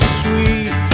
sweet